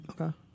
Okay